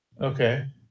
Okay